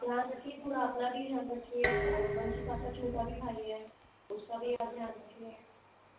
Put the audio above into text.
ध्यान रखिए थोड़ा अपना भी ध्यान रखिए और वंशिका का छोटा भी भाई है उसका भी आप ध्यान रखिए